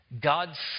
God's